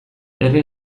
herri